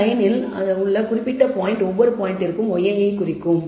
அந்த லயனில் உள்ள குறிப்பிட்ட பாயிண்ட் ஒவ்வொரு பாயிண்ட்டிற்கும் yi யைக் குறிக்கும்